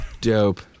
Dope